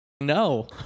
No